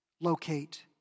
locate